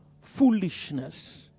Foolishness